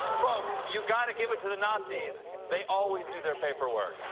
folks. you gotta give it to the naughties they always do their paperwork.